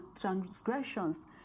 transgressions